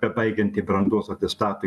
bebaigianti brandos atestato